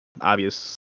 obvious